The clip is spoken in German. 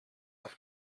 auf